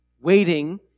Waiting